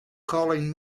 calling